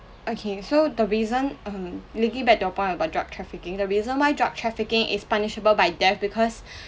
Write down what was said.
okay so the reason um linking back to your point about drug trafficking the reason why drug trafficking is punishable by death because